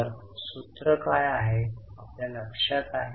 तर सूत्र काय आहे आपल्या लक्षात आहे